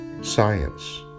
science